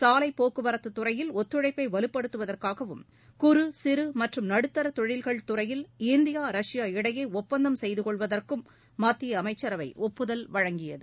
சாலைப் போக்குவரத்துத் துறையில் ஒத்துழைப்பை வலுப்படுத்துவதற்காகவும் குறுசிறு மற்றும் நடுத்தர தொழில்கள் துறையில் இந்தியா ரஷ்யா இடையே ஒப்பந்தம் செய்து கொள்வதற்கும் மத்திய அமைச்சரவை ஒப்புதல் வழங்கியது